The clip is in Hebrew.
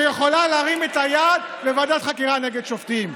שיכולה להרים את היד על ועדת חקירה נגד שופטים.